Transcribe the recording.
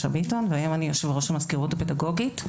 ביטון והיום אני יושבת-ראש המזכירות הפדגוגית.